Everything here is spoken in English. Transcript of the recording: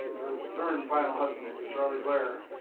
third and final husband was charlie blair,